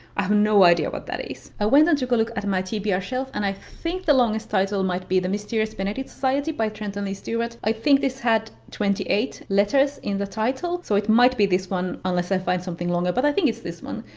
i have no idea what that is. i went and took a look at my tbr shelf and i think the longest title might be the mysterious benedict society by trenton lee stewart. i think this had twenty eight letters in the title, so it might be this one unless i find something longer, but i think it's this one.